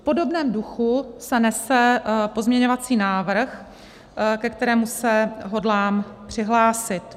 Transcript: V podobném duchu se nese pozměňovací návrh, ke kterému se hodlám přihlásit.